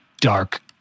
dark